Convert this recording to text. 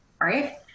right